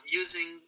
using